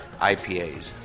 IPAs